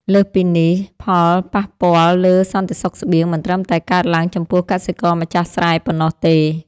លើសពីនេះ ផលប៉ះពាល់លើសន្តិសុខស្បៀងមិនត្រឹមតែកើតឡើងចំពោះកសិករម្ចាស់ស្រែប៉ុណ្ណោះទេ។